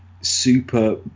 super